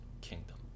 kingdom